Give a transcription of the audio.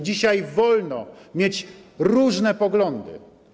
Dzisiaj wolno mieć różne poglądy.